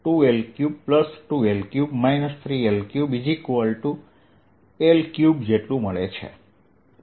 ds2L32L3 3L3L3મળે છે